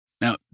Now